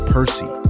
Percy